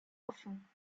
offen